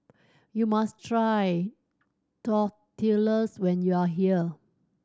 you must try Tortillas when you are here